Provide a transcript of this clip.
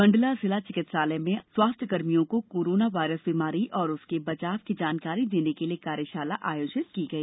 मंडला जिला चिकित्सालय में स्वास्थ्य कर्मियों को कोरोना वायरस बीमारी और उससे बचाव की जानकारी देने को लिए कार्यशाला आयोजित की गई